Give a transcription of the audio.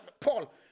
Paul